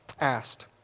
asked